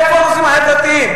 איפה הנושאים החברתיים?